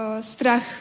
strach